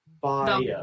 bye